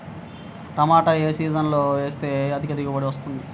టమాటా ఏ సీజన్లో వేస్తే అధిక దిగుబడి వస్తుంది?